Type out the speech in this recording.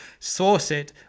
Sourceit